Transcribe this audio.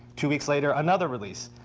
two weeks later another release.